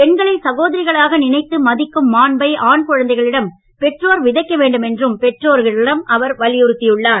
பெண்களை சகோதரிகளாக நினைத்து மதிக்கும் மாண்பை ஆண் குழந்தைகளிடம் பெற்றோர் விதைக்க வேண்டும் என்றும் பெற்றோரை வலியுறுத்தியுள்ளார்